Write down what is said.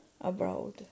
abroad